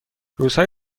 روزهای